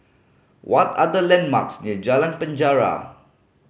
what are the landmarks near Jalan Penjara